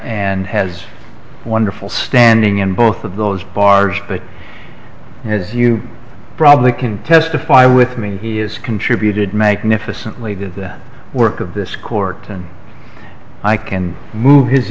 and has wonderful standing in both of those bars but as you probably can testify with me he has contributed magnificently to the work of this court and i can move his